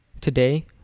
Today